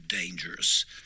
dangerous